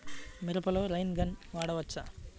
మిరపలో rain gun వాడవచ్చా?